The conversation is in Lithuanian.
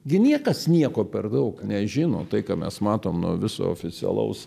gi niekas nieko per daug nežino tai ką mes matom nuo viso oficialaus